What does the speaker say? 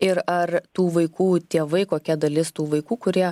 ir ar tų vaikų tėvai kokia dalis tų vaikų kurie